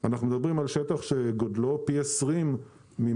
אנחנו מדברים על שטח שגודלו פי 20 מתל